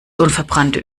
unverbrannte